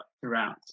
throughout